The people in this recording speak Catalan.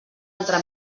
altra